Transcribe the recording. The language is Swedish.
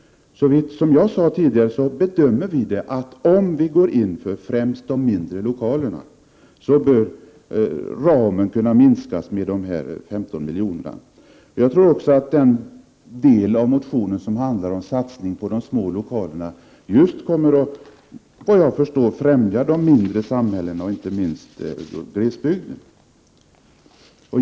Som jag sade tidigare bedömer vi det så, att om vi går in för att främst stödja de mindre lokalerna, bör ramen kunna minskas med dessa 15 miljoner. Såvitt jag förstår främjar en satsning på de små lokalerna de mindre samhällena, inte minst glesbygden.